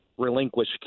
relinquish